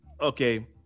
Okay